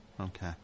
Okay